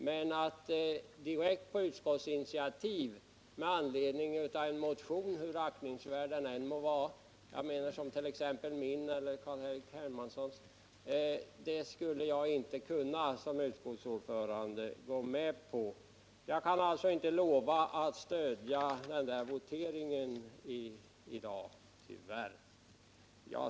Men att göra det med anledning av en motion, hur aktningsvärd den än må vara, som t.ex. min eller Carl-Henrik Hermanssons, skulle jag som utskottsordförande inte gå med på. Jag kan alltså inte lova att i voteringen stödja Carl-Henrik Hermansson på den punkten.